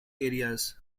areas